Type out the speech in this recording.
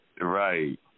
Right